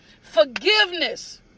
forgiveness